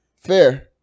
Fair